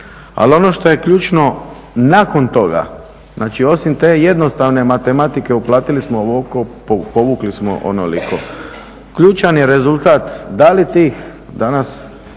ali ono što je ključno nakon toga, znači osim te jednostavne matematike uplatili smo ovoliko, povukli smo onoliko ključan je rezultat da li tih danas